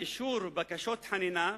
אישור בקשות חנינה,